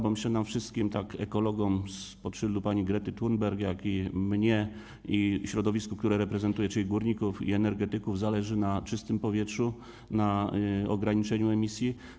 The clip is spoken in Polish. Bo myślę, że nam wszystkim: zarówno ekologom spod znaku pani Grety Thunberg, jak i mnie, środowisku, które reprezentuję, czyli górników i energetyków, zależy na czystym powietrzu, na ograniczeniu emisji.